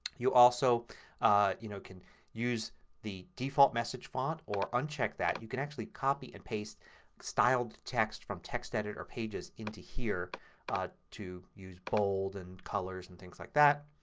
you also you know can use the default message font or uncheck that. you can actually copy and paste styled text from textedit or pages into here but to use bold and colors and things like that.